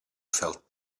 felt